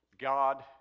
God